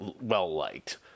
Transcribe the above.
well-liked